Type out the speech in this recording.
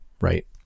Right